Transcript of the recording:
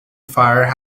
fire